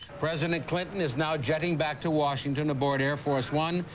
president clinton is now jetting back to washington aboard air force one.